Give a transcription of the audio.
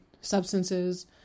substances